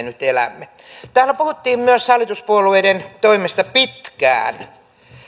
nyt elämme täällä puhuttiin hallituspuolueiden toimesta pitkään